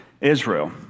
Israel